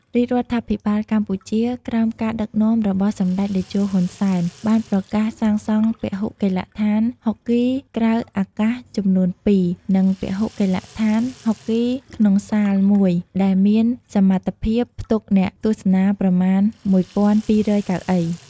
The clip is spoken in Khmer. រាជរដ្ឋាភិបាលកម្ពុជា ក្រោមការដឹកនាំរបស់សម្ដេចតេជោ ហ៊ុន សែន បានប្រកាសសាងសង់ពហុកីឡដ្ឋានហុកគីក្រៅអាកាសចំនួនពីរ និងពហុកីឡដ្ឋានហុកគីក្នុងសាលមួយ ដែលមានសមត្ថភាពផ្ទុកអ្នកទស្សនាប្រមាណ ១,២០០ កៅអី។